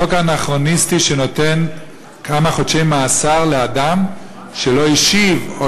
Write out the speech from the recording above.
חוק אנכרוניסטי שנותן כמה חודשי מאסר לאדם שלא השיב או